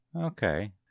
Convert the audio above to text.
Okay